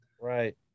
Right